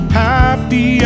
happy